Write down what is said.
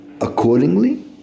accordingly